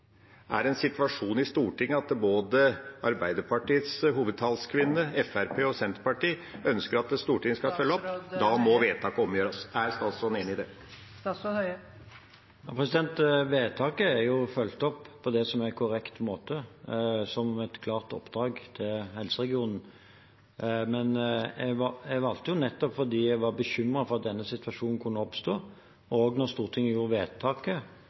i Stortinget er sånn at både Arbeiderpartiets hovedtalskvinne, Fremskrittspartiet og Senterpartiet ønsker at Stortinget skal følge opp – da må vedtaket omgjøres. Er statsråden enig i det? Vedtaket er fulgt opp på det som er korrekt måte, noe som er et klart oppdrag til helseregionen. Men jeg valgte, nettopp fordi jeg var bekymret for at denne situasjonen kunne oppstå, også da Stortinget gjorde vedtaket,